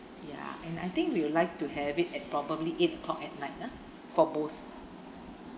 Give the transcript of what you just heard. ya and I think we would like to have it at probably eight o'clock at night ah for both